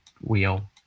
wheel